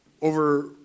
over